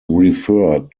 referred